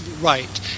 right